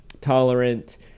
tolerant